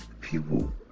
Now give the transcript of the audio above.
people